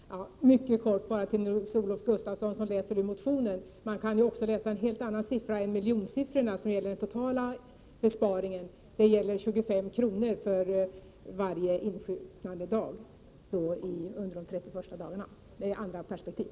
Fru talman! Mycket kort till Nils-Olof Gustafsson, som läser ur motioner: Man kan också läsa en annan siffra än miljonsiffrorna, som gäller den totala besparingen. Det gäller 25 kr. för varje insjuknandedag under de 30 första dagarna. Det är andra perspektiv!